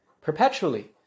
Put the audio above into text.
perpetually